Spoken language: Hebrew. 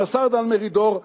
עם השר דן מרידור,